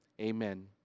amen